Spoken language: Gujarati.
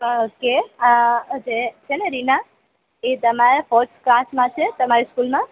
ઓકે આ જે છેને રીના એ તમારા ફર્સ્ટ ક્લાસમાં છે તમારી સ્કૂલમાં